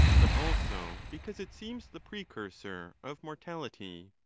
but also because it seems the precursor of mortality.